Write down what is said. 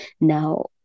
Now